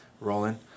rolling